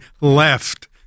left